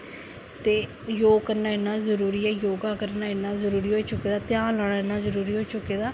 ते योगा करना इन्ना जरुरी ऐ योगा करना इन्ना जरुरी होई चुके दा ध्यान लाना इन्ना जरुरी होई चुके दा ऐ